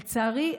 לצערי,